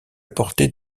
portée